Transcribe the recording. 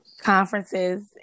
conferences